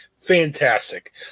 Fantastic